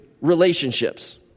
relationships